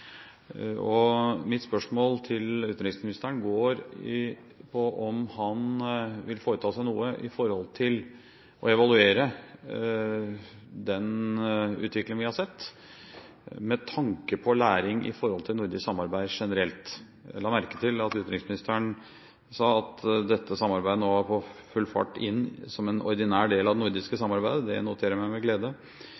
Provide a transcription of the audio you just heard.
Mitt spørsmål til utenriksministeren går på om han vil foreta seg noe for å evaluere den utviklingen vi har sett, med tanke på læring når det gjelder nordisk samarbeid generelt. Jeg la merke til at utenriksministeren sa at dette samarbeidet nå er på full fart inn som en ordinær del av det nordiske